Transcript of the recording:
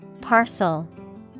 Parcel